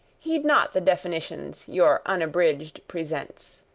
heed not the definitions your unabridged presents,